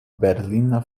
berlina